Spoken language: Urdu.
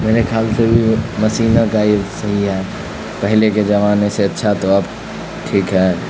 میرے خیال سے بھی مشینوں کا یہ صحیح ہے پہلے کے زمانے سے اچھا تو اب ٹھیک ہے